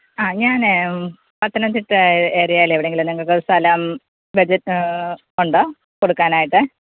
ആ ഞാൻ പത്തനംതിട്ട ഏരിയാൽ എവിടെങ്കിലും ഞങ്ങൾക്ക് സ്ഥലം ബഡ്ജറ്റ് ഉണ്ടോ കൊടുക്കാനായിട്ട്